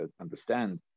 understand